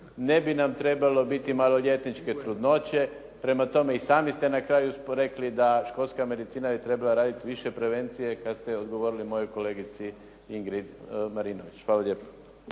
ne bi nam trebalo biti maloljetničke trudnoće. Prema tome, i sami ste na kraju rekli da školska medicina je trebala raditi više prevencije kad ste odgovorili mojoj kolegici Ingrid Marinović. Hvala lijepa.